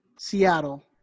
Seattle